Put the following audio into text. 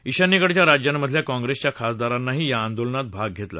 ईशान्येकडच्या राज्यांमधल्या काँग्रेसच्या खासदारांनीही या आंदोलनात भाग घेतला